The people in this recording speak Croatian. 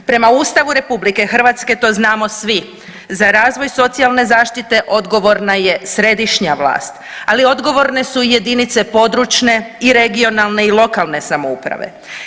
Prema Ustavu RH, to znamo svi za razvoj socijalne zaštite odgovorna je središnja vlast, ali odgovorne su i jedinice područne i regionalne i lokalne samouprave.